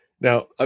Now